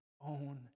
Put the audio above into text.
own